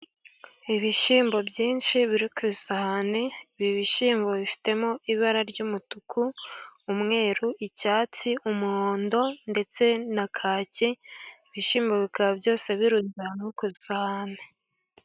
Ibishyimbo byinshi biri ku isahani, ibi bishyimbo bifitemo ibara ry'umutuku, umweru, icyatsi, umuhondo, ndetse na kaki, ibi bishyimbo bikaba byose birunze ahantu ku isahani.